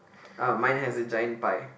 oh mine has a giant pie